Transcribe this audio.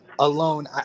Alone